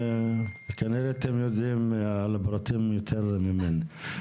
כנראה אתם יודעים על הפרטים יותר ממני.